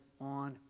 on